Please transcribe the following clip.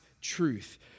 truth